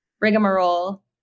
rigmarole